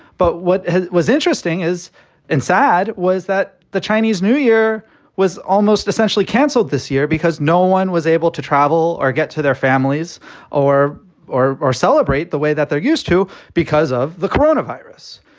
but what was interesting is inside was that the chinese new year was almost essentially canceled this year because no one was able to travel or get to their families or or or celebrate the way that they're used to because of the corona virus.